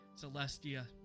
Celestia